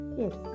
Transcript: yes